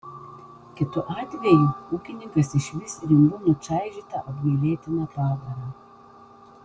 kitu atveju ūkininkas išvys rimbu nučaižytą apgailėtiną padarą